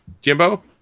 Jimbo